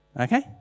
Okay